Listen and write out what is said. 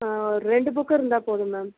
ஒரு ரெண்டு புக்கு இருந்தால் போதும் மேம்